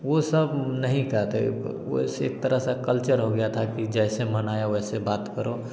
वो सब नहीं करते वैसे एक तरह से कल्चर हो गया था कि जैसे मन आया वैसे बात करो